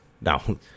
Now